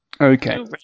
Okay